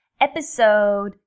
Episode